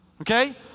okay